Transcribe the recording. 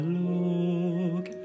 look